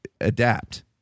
adapt